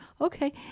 Okay